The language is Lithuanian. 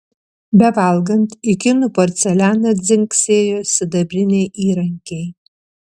bevalgant į kinų porcelianą dzingsėjo sidabriniai įrankiai